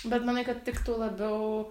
bet manai kad tiktų labiau